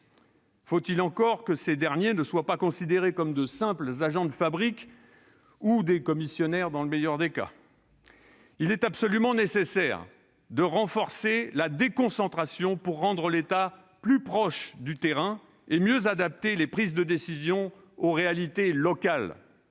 Faut-il encore que ce dernier ne soit pas considéré comme un simple agent de fabrique ou un commissionnaire dans le meilleur des cas. Il est absolument nécessaire de renforcer la déconcentration pour rendre l'État plus proche du terrain et mieux adapter les prises de décision aux réalités locales.